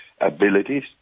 abilities